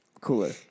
cooler